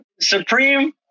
Supreme